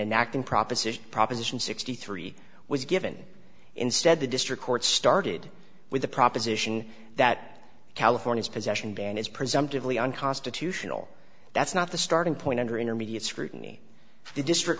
enact in proposition proposition sixty three was given instead the district court started with the proposition that california's possession ban is presumptively unconstitutional that's not the starting point under intermediate scrutiny the district